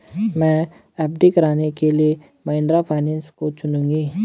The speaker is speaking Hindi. मैं एफ.डी कराने के लिए महिंद्रा फाइनेंस को चुनूंगी